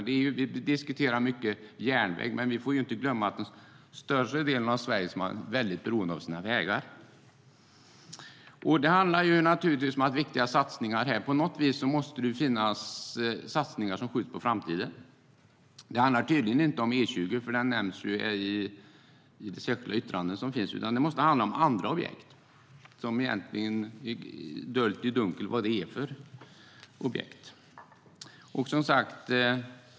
Vi diskuterar järnvägen, men vi får inte glömma bort att större delen av Sverige är beroende av vägar. Vi talar här om viktiga satsningar. Det måste finnas satsningar som får skjutas på framtiden. Det handlar tydligen inte om E20, eftersom den inte nämns i de särskilda yttrandena, utan det måste handla om andra objekt, men det är höljt i dunkel vilka objekt det är fråga om.